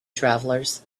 travelers